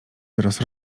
teraz